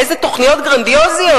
איזה תוכניות גרנדיוזיות.